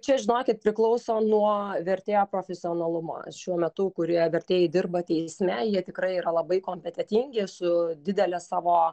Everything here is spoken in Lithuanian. čia žinokit priklauso nuo vertėjo profesionalumo šiuo metu kurie vertėjai dirba teisme jie tikrai yra labai kompetentingi su didele savo